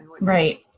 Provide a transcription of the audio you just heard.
Right